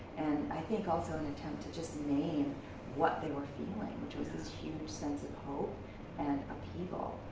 and i think also an attempt to just name what they were feeling, which was this huge sense of hope and upheaval.